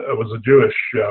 ah was a jewish